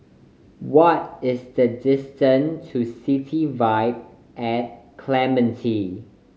what is the distance to City Vibe at Clementi